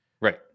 Right